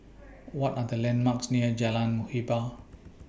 What Are The landmarks near Jalan Muhibbah